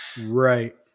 Right